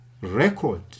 record